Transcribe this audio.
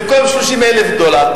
במקום 30,000 דולר,